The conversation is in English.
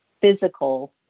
physical